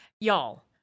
Y'all